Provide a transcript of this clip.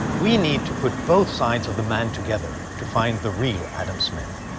we need to put both sides of the man together to find the real adam smith.